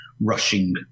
rushing